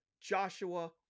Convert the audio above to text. Joshua